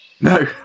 No